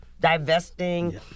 divesting